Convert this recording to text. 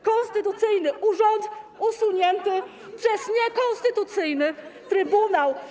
konstytucyjny urząd usunięty przez niekonstytucyjny trybunał.